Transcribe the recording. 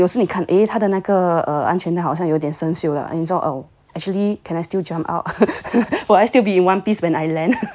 but like 你有看到他的那个安全带好像有点生锈了 err actually can I still jump out will I still be in one piece when I land